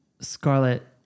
Scarlet